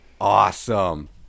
Awesome